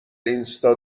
اینستا